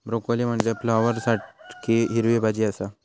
broccoli म्हनजे फ्लॉवरसारखी हिरवी भाजी आसा